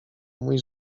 mój